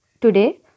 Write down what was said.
Today